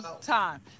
time